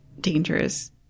dangerous